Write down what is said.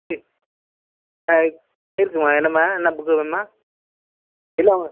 இருக்கு இருக்கும்மா என்னம்மா என்ன புக்கு வேணும்மா இல்லை